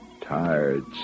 tired